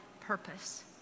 purpose